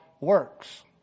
works